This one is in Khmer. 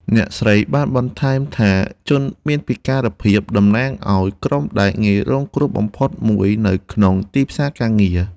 អ្នកស្រីបានបន្ថែមថា ជនមានពិការភាពតំណាងឱ្យក្រុមដែលងាយរងគ្រោះបំផុតមួយនៅក្នុងទីផ្សារការងារ។